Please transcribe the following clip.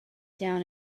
down